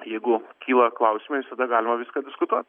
jeigu kyla klausimai visada galima viską diskutuot